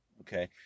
Okay